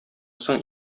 соң